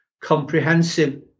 comprehensive